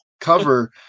cover